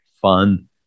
fun